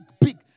big